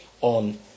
on